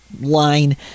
line